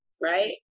right